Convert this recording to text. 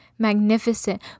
Magnificent